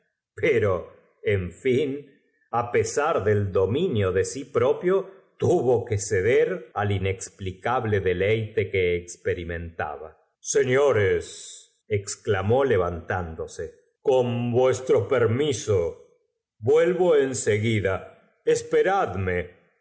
pero en fin á pesar del dominio de sí pt'opio tuvo que ceder al ingxplicable deleite que experimenta ba señores exclamó levantándose con vuestro petmiso vuelvo en seguida esperad